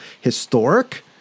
historic